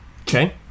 Okay